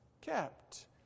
kept